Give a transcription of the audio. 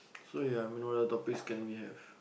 so ya I mean what other topics can we have